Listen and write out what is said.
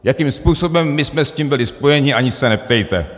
Jakým způsobem my jsme s tím byli spojeni, ani se neptejte.